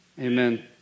Amen